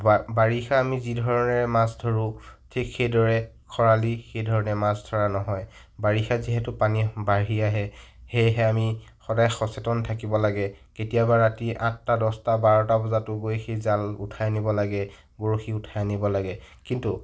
বা বাৰিষা আমি যি ধৰণে মাছ ধৰোঁ ঠিক সেইদৰে খৰালি সেইধৰণে মাছ ধৰা নহয় বাৰিষা যিহেতু পানী বাঢ়ি আহে সেয়েহে আমি সদায় সচেতন থাকিব লাগে কেতিয়াবা ৰাতি আঠটা দহটা বাৰটা বজাতো গৈ সেই জাল উঠাই আনিব লাগে বৰশী উঠাই আনিব লাগে কিন্তু